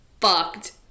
fucked